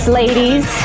ladies